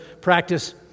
practice